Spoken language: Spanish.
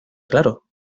claro